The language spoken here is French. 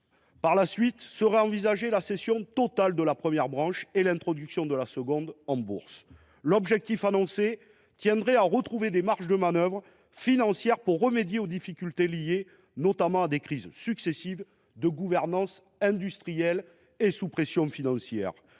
Par la suite, une cession totale de la première branche sera envisagée, ainsi que l’introduction de la seconde en bourse. L’objectif annoncé serait de retrouver des marges de manœuvre financières pour remédier aux difficultés liées notamment à des crises successives de gouvernance industrielle et à une situation financière